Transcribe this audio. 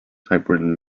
typewritten